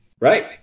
right